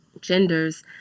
genders